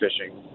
fishing